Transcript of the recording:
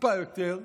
טיפה יותר,